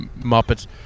Muppets